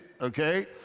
okay